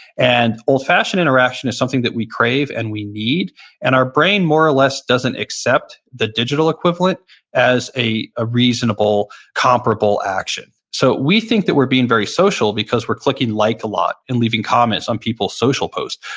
and old-fashioned interaction is something that we crave and we need and our brain more or less doesn't accept the digital equivalent as a a reasonable, comparable action. so we think that we're being very social because we're clicking like a lot and leaving comments on people's social posts.